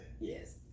Yes